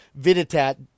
Viditat